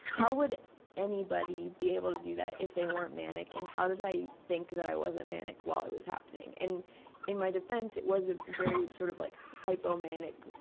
how would anybody be able to do that if they weren't manic, and how did i think that i wasn't manic while it was happening? in in my defense, it was a very sort of like hypomanic,